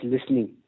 listening